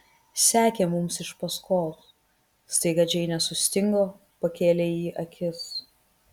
sekė mums iš paskos staiga džeinė sustingo pakėlė į jį akis